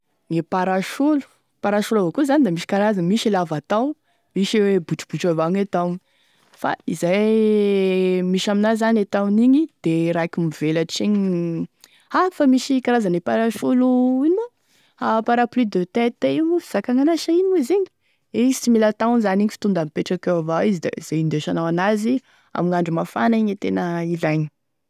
E parasolo parasolo avakoa zany da misy karazany misy e lava taho misy gne botribotry avao gne tahony fa izay e misy amin'azy zany e tahogny igny da e raiky mivelatry igny ah fa misy e karazane parasolo ino moa a parapluie de tête io moa e fizakagny an'azy sa ino moa izy igny izy tsy mila tahony zany igny fa tonda mipetraky eo avao izy da izay indesanao an'azy ame gn'andro mafana igny e tena ilaigny.